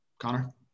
Connor